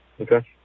okay